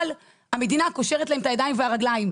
יחד עם זאת, המדינה קושרת להם את הידיים והרגליים.